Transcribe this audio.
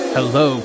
Hello